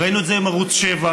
ראינו את זה עם ערוץ 7,